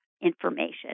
information